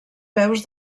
peus